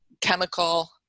chemical